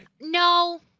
No